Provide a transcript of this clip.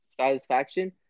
satisfaction